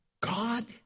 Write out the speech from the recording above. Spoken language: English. God